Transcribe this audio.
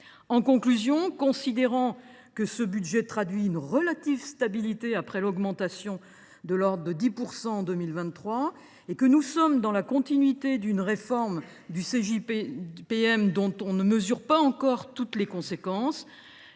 En conclusion, considérant que ce budget traduit une relative stabilité après une augmentation de l’ordre de 10 % en 2023 et qu’il s’inscrit dans la continuité d’une réforme du CJPM dont on ne mesure pas encore toutes les conséquences,